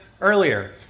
earlier